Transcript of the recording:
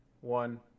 one